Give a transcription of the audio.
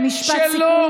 משפט סיכום,